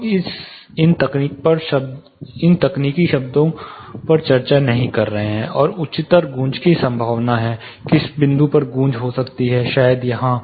हम इन तकनीकी शब्दों पर चर्चा नहीं कर रहे हैं और उच्चतर गूंज की संभावना है किस बिंदु पर गूंज हो सकती है शायद यहां